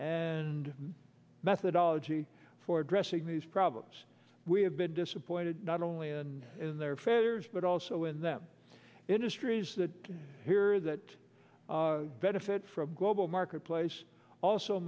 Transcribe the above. and methodology for addressing these problems we have been disappointed not only in in their feathers but also in them industries that here that benefit from global marketplace also